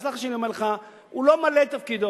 תסלח לי שאני אומר לך, הוא לא ממלא את תפקידו.